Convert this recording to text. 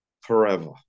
forever